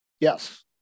Yes